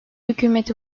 hükümeti